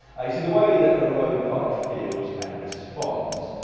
you see the way that a road bike feels and responds,